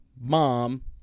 mom